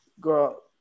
girl